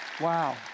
wow